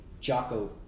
Jocko